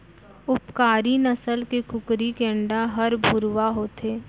उपकारी नसल के कुकरी के अंडा हर भुरवा होथे